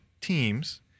teams